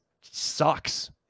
sucks